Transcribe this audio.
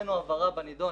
הוצאנו הבהרה בנדון.